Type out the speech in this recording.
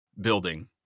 building